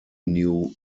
knew